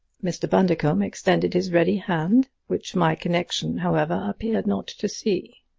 mr. bundercombe extended his ready hand, which my connection, however, appeared not to see.